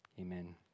amen